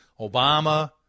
Obama